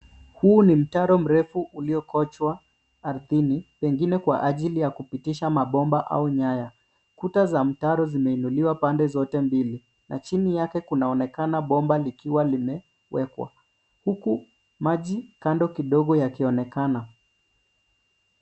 Huu ni mtaro mrefu uliokochwa ardhini pengine kwa ajili ya kupitisha mabomba au nyaya. Kuta za mtaro zimeinuliwa pande zote mbili na chini yake kunaonekana bomba likiwa limewekwa huku maji kando kidogo yakionekana.